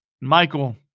Michael